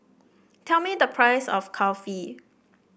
tell me the price of Kulfi